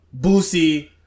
Boosie